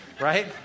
right